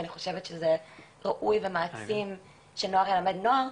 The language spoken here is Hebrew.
ואני חושבת שזה ראוי ומעצים שנוער ילמד נוער,